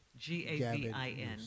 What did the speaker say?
G-A-V-I-N